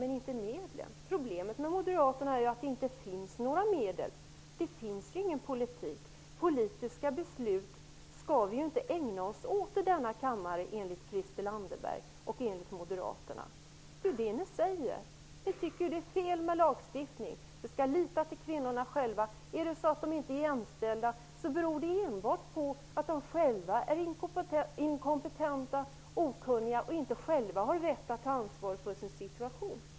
Men problemet med Moderaterna är att det inte finns några medel. Det finns ju ingen politik. Politiska beslut skall vi inte ägna oss åt i denna kammare; detta enligt Christel Anderberg och Moderaterna. Vad ni säger är: Det är fel med lagstiftning. Vi skall lita till kvinnorna själva. Om de inte är jämställda, beror det enbart på att de själva är inkompetenta och okunniga och inte själva har vett att ta ansvar för sin situation.